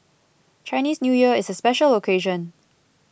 Chinese New Year is a special occasion